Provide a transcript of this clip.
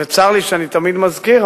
וצר לי שאני תמיד מזכיר,